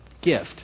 gift